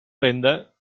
venda